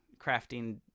crafting